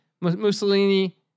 Mussolini